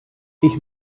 ich